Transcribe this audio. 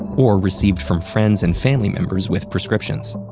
or received from friends and family members with prescriptions.